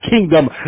kingdom